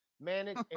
manage